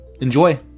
Enjoy